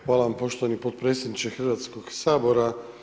Hvala vam poštovani potpredsjedniče Hrvatskog sabora.